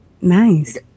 Nice